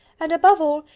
and, above all,